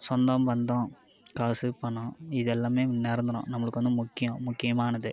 சொந்தம் பந்தம் காசு பணம் இதெல்லாமே நிரந்தரம் நம்மளுக்கு வந்து முக்கியம் முக்கியமானது